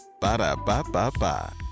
Ba-da-ba-ba-ba